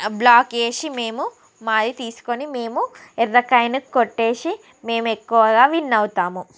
black చేసి మేము మాది తీసుకొని మేము ఎర్ర కాయిన్ను కొట్టేసి మేము ఎక్కువగా విన్ అవుతాము